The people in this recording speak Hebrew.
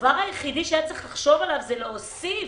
הדבר היחיד שהיה צריך לחשוב עליו זה להוסיף